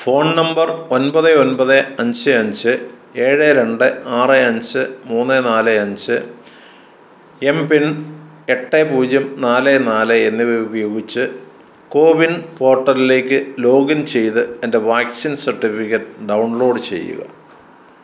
phone number ഒൻപത് ഒൻപത് അഞ്ച് അഞ്ച് ഏഴ് രണ്ട് ആറ് അഞ്ച് മുന്ന് നാല് അഞ്ച് എം പിൻ എട്ട് പൂജ്യം നാല് നാല് എന്നിവ ഉപയോഗിച്ച് കോവിൻ പോർട്ടലിലേക്ക് ലോഗിൻ ചെയ്ത് എൻ്റെ വാക്സിൻ സർട്ടിഫിക്കറ്റ് ഡൗൺലോഡ് ചെയ്യുക